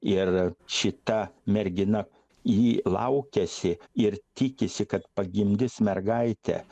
ir šita mergina ji laukiasi ir tikisi kad pagimdys mergaitę